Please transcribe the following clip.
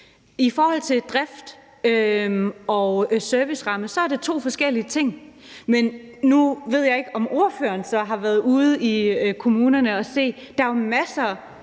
I forhold til drift og serviceramme er det to forskellige ting. Men nu ved jeg ikke, om ordføreren så har været ude i kommunerne at se. Der er jo masser